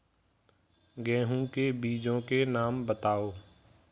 गेहूँ के बीजों के नाम बताओ?